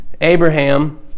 Abraham